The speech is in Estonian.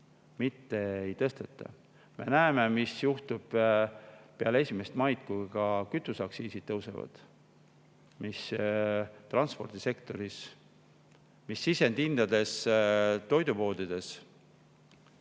mitte ei tõsteta. Me näeme, mis juhtub peale 1. maid, kui ka kütuseaktsiisid tõusevad, mis [juhtub] transpordisektoris, mis sisendhindades toidupoodides.